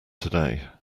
today